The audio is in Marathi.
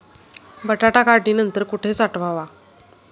बटाटा काढणी नंतर कुठे साठवावा?